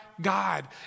God